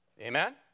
Amen